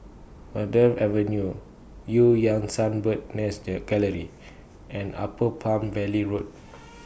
Verde Avenue EU Yan Sang Bird's Nest Gallery and Upper Palm Valley Road